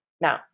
Now